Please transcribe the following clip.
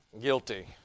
guilty